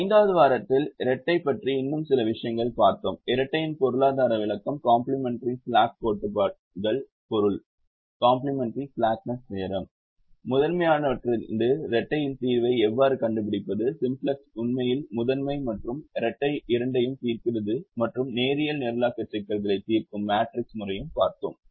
ஐந்தாவது வாரத்தில் இரட்டை பற்றி இன்னும் சில விஷயங்களைப் பார்த்தோம் இரட்டையின் பொருளாதார விளக்கம் காம்ப்ளிமென்டரி ஸ்லாக் கோட்பாடுகளின் பொருள் முதன்மையானவற்றிலிருந்து இரட்டையின் தீர்வை எவ்வாறு கண்டுபிடிப்பது சிம்ப்ளக்ஸ் உண்மையில் முதன்மை மற்றும் இரட்டை இரண்டையும் தீர்க்கிறது மற்றும் நேரியல் நிரலாக்க சிக்கல்களை தீர்க்கும் மேட்ரிக்ஸ் முறையையும் பார்த்தோம்